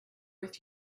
with